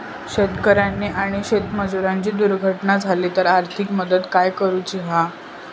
शेतकऱ्याची आणि शेतमजुराची दुर्घटना झाली तर आर्थिक मदत काय करूची हा?